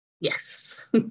yes